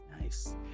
Nice